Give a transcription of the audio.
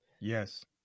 Yes